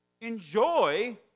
Enjoy